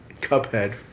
Cuphead